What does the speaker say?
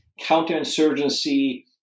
counterinsurgency